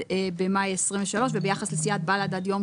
במאי 2023. וביחס לסיעת בל"ד עד יום